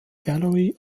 gallery